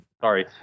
Sorry